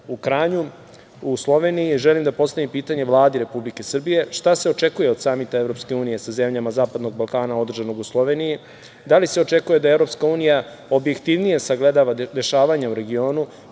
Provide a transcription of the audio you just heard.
u Kranju u Sloveniji, želim da postavim pitanje Vladi Republike Srbije. Šta se očekuje od samita EU sa zemljama zapadnog Balkana, održanog u Sloveniji? Da li se očekuje da EU objektivnije sagledava dešavanja u regionu,